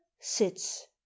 Sits